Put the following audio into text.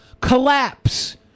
collapse